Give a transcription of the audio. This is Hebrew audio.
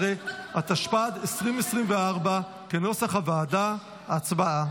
19), התשפ"ד 2024 כנוסח הוועדה, ההצבעה.